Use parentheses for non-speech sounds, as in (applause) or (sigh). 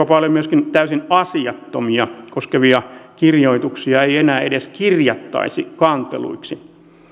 (unintelligible) paljon myöskin täysin asiattomia kirjoituksia ei enää edes kirjattaisi kanteluiksi